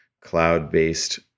cloud-based